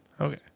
Okay